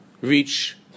reach